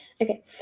okay